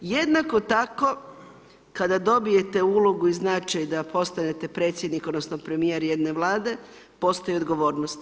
Jednako tako kada dobijete ulogu i značaj da postanete predsjednik odnosno premijer jedne vlade postoji odgovornost.